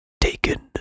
Taken